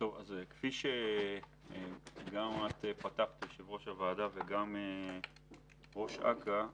כפי שפתחה יושבת-ראש הוועדה וגם ראש אכ"א,